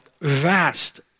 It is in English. vast